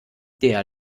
der